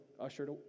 ushered